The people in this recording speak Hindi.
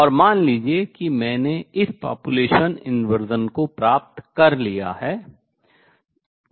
और मान लीजिए कि मैंने इस population inversion जनसंख्या व्युत्क्रमण को प्राप्त कर लिया है